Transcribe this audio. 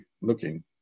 looking